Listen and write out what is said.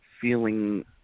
feeling